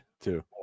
two